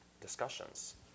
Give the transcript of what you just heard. discussions